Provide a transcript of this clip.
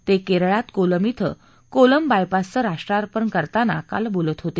ते केरळात कोलम इथं कोलम बायपासचं राष्ट्रार्पण करताना बोलत होते